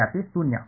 ವಿದ್ಯಾರ್ಥಿ ಶೂನ್ಯ